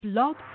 Blog